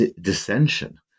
dissension